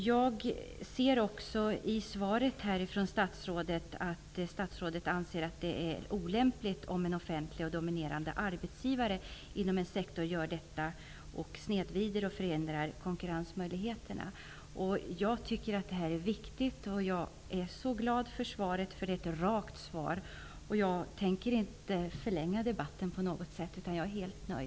Jag ser också i svaret att statsrådet anser att det är olämpligt om en offentlig och dominerande arbetsgivare inom en sektor snedvrider och förhindrar konkurrensmöjligheter. Jag tycker att detta är viktigt. Jag är glad för svaret, för det är ett rakt svar. Jag tänker inte förlänga debatten, utan jag är helt nöjd.